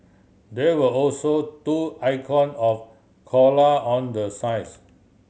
there were also two icon of koala on the signs